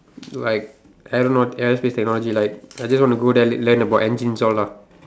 like I don't know what else is technology like I just wanna go there l~ learn about engines all ah